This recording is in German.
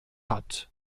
hat